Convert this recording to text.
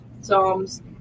Psalms